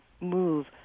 move